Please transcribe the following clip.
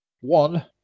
One